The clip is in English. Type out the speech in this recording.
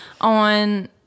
on